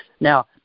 Now